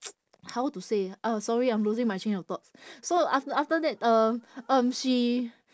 how to say uh sorry I'm losing my train of thoughts so af~ after that um um she